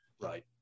Right